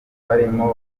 barimo